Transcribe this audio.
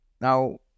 Now